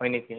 হয় নেকি